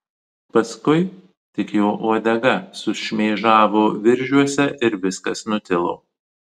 paskui tik jo uodega sušmėžavo viržiuose ir viskas nutilo